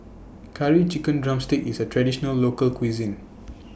Curry Chicken Drumstick IS A Traditional Local Cuisine